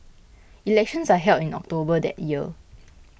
elections are held in October that year